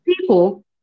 people